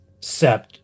sept